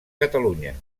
catalunya